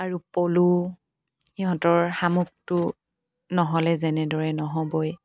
আৰু পলু সিহঁতৰ শামুকটো নহ'লে যেনেদৰে নহ'বই